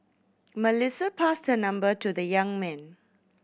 Melissa passed her number to the young man